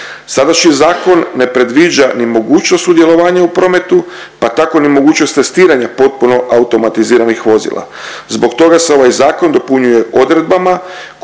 Sadašnji zakon ne predviđa ni mogućnost sudjelovanja u prometu pa tako ni mogućnost testiranja potpuno automatiziranih vozila. Zbog toga se ovaj zakon odredbama koje